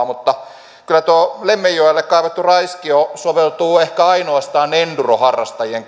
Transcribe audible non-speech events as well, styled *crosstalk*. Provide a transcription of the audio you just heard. *unintelligible* mutta kyllä tuo lemmenjoelle kaivettu raiskio soveltuu ehkä ainoastaan enduroharrastajien *unintelligible*